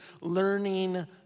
Learning